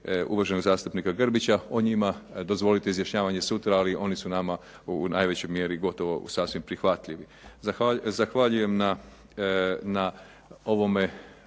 uvaženog zastupnika Grbića. O njima dozvolite izjašnjavanje sutra, ali oni su nama u najvećoj mjeri gotovo sasvim prihvatljivi. Zahvaljujem na ovome